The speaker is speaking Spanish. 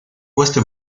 puesto